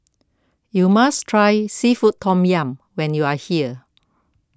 you must try Seafood Tom Yum when you are here